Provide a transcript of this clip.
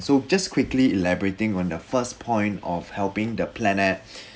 so just quickly elaborating on the first point of helping the planet